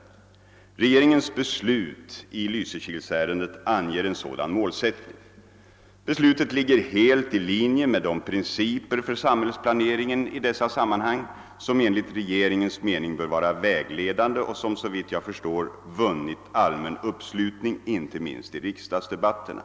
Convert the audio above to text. Regeringens beslut i Brofjordenärendet anger en sådan målsättning. Beslutet ligger helt i linje med de principer för samhällsplaneringen i dessa sammanhang som enligt regeringens mening bör vara vägledande och som, såvitt jag förstår, vunnit allmän uppslutning, inte minst i riksdagsdebatterna.